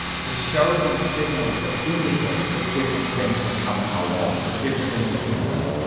to show them signals that indicate that different things are coming along, that different things are imminent.